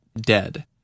dead